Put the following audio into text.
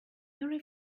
every